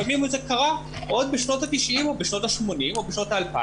לפעמים זה קרה עוד בשנות ה-90' ובשנות ה-80' או בשנות ה-2000